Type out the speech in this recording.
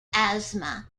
asthma